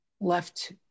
left